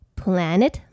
planet